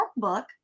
workbook